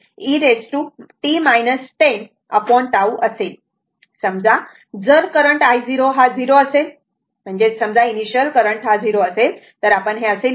समजा जर current i0 हा 0 असेल समजा इनिशिअल करंट हा 0 असेल तर असे लिहू शकतो t 0 साठी i t 0 आहे